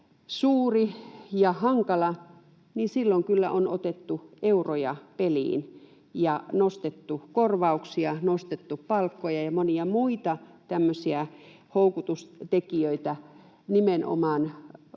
suuri ja hankala, niin silloin kyllä on otettu euroja peliin ja nostettu korvauksia, nostettu palkkoja ja nimenomaan